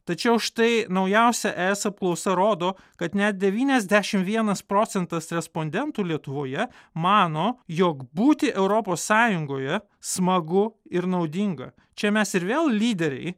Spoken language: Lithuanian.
tačiau štai naujausia es apklausa rodo kad net devyniasdešim vienas procentas respondentų lietuvoje mano jog būti europos sąjungoje smagu ir naudinga čia mes ir vėl lyderiai